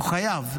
הוא חייב.